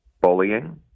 bullying